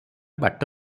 ବାଟ